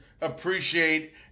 appreciate